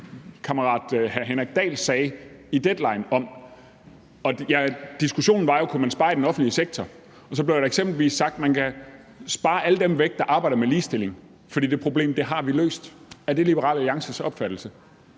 hr. Henrik Dahl sagde i Deadline, hvor diskussionen var, om man kunne spare i den offentlige sektor? Der blev eksempelvis sagt, at man kan spare alle dem væk, der arbejder med ligestilling, for det problem har vi løst. Er det Liberal Alliances opfattelse?